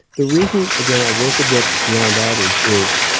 the reason, again, i wrote the book beyond average is,